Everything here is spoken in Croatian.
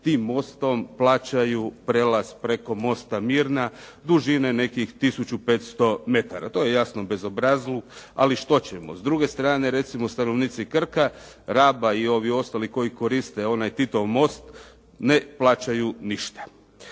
tim mostom plaćaju prijelaz preko mosta Mirna, dužine nekih tisuću 500 metara. To je jasno bezobrazluk, ali što ćemo. S druge strane stanovnici Krka, Raba i ovih ostalih koji koriste ovaj "Titov most" ne plaćaju ništa.